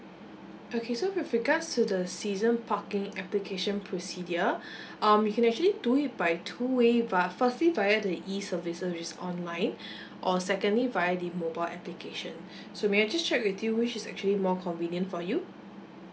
okay so with regards to the season parking application procedure um you can actually do it by two way via firstly via the E services which is online or secondly via the mobile application so may I just check with you which is actually more convenient for you